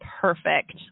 Perfect